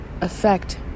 affect